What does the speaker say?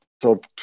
top